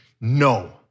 no